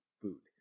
food